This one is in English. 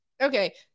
Okay